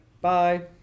Bye